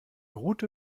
route